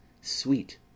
Sweet